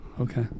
Okay